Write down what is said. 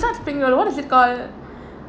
it's not spring roll what is it call